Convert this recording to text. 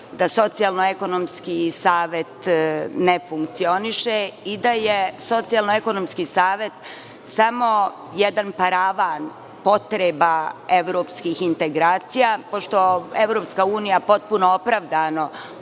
da Socijalno-ekonomski savet ne funkcioniše i da je Socijalno-ekonomski savet samo jedan paravan potreba evropskih integracija, pošto EU potpuno opravdano